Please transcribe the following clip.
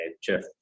Jeff